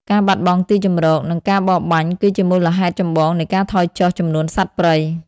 ការបាត់បង់ទីជម្រក និងការបរបាញ់គឺជាមូលហេតុចម្បងនៃការថយចុះចំនួនសត្វព្រៃ។